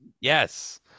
Yes